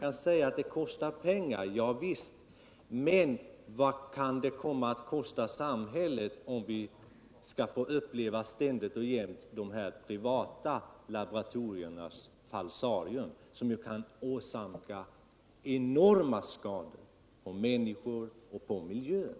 Man kan säga att det kostar pengar, men vad kan det komma att kosta samhället om vi ständigt och jämt skall få uppleva de privata laboratoriernas falsarier? De kan ju åsamka enorma skador på människor och miljöer.